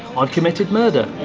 um committed murder!